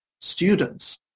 students